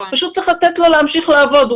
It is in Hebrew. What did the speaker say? פשוט צריך לתת לו להמשיך לעבוד.